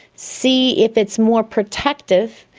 see if it's more protective,